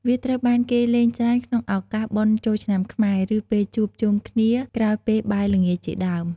វាត្រូវបានគេលេងច្រើនក្នុងឱកាសបុណ្យចូលឆ្នាំខ្មែរ ឬពេលជួបជុំគ្នាក្រោយពេលបាយល្ងាចជាដើម។